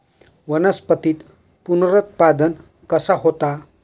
वनस्पतीत पुनरुत्पादन कसा होता?